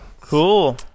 cool